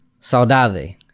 saudade